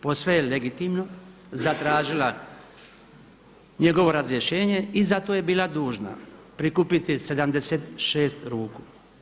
Posve je legitimno zatražila njegovo razrješenje i zato je bila dužna prikupiti 76 ruku.